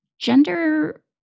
gender